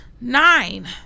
Nine